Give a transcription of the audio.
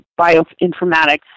bioinformatics